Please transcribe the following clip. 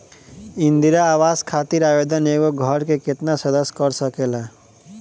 इंदिरा आवास खातिर आवेदन एगो घर के केतना सदस्य कर सकेला?